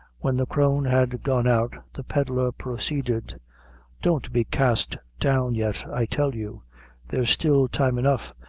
when the crone had gone out, the pedlar proceeded don't be cast down yet, i tell you there's still time enough,